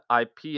IP